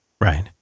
Right